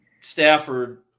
Stafford